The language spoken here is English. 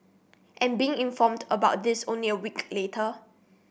and being informed about this only a week later